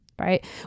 right